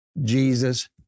Jesus